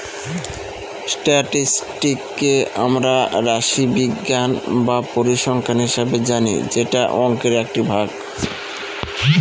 স্ট্যাটিসটিককে আমরা রাশিবিজ্ঞান বা পরিসংখ্যান হিসাবে জানি যেটা অংকের একটি ভাগ